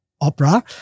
opera